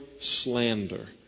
slander